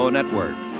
Network